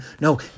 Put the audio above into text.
No